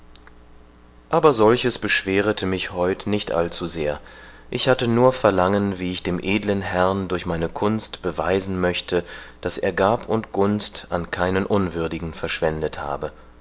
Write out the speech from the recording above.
aber solches beschwerete mich heut nicht allzu sehr ich hatte nur verlangen wie ich dem edlen herrn durch meine kunst beweisen möchte daß er gab und gunst an keinen unwürdigen verschwendet habe